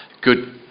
good